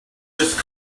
just